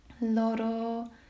loro